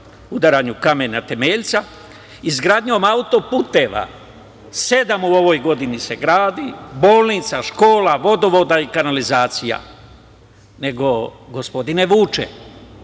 udaranju kamena temeljca, izgradnjom autoputeva, sedam u ovoj godini se gradi, bolnica, škola, vodovoda i kanalizacija. Nego, gospodine Vuče,